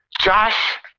Josh